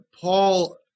Paul